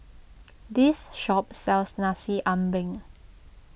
this shop sells Nasi Ambeng